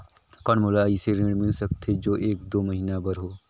कौन मोला अइसे ऋण मिल सकथे जो एक दो महीना बर हो?